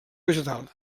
vegetal